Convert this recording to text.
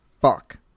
fuck